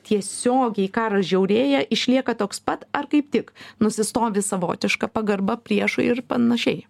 tiesiogiai karas žiaurėja išlieka toks pat ar kaip tik nusistovi savotiška pagarba priešui ir panašiai